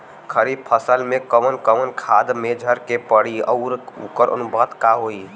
खरीफ फसल में कवन कवन खाद्य मेझर के पड़ी अउर वोकर अनुपात का होई?